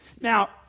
Now